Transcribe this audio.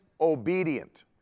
obedient